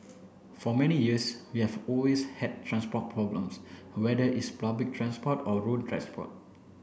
for many years we have always had transport problems whether it's public transport or road transport